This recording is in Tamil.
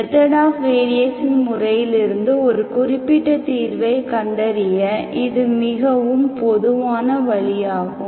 மெத்தட் ஆஃப் வேரியேஷன் முறையிலிருந்து ஒரு குறிப்பிட்ட தீர்வைக் கண்டறிய இது மிகவும் பொதுவான வழியாகும்